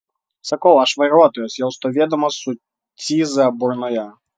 sakau aš vairuotojas jau stovėdamas su cyza burnoje